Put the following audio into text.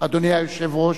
אדוני היושב-ראש,